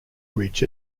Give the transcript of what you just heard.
bridge